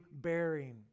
bearing